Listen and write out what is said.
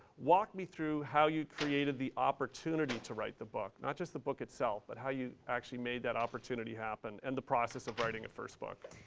walk me through how you created the opportunity to write the book, not just the book itself, but how you actually made that opportunity happen and the process of writing a first book.